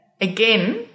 again